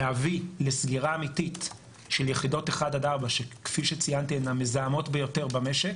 להביא לסגירה אמיתית של יחידות 1-4 שכפי שציינתי הן המזהמות ביותר במשק,